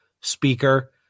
speaker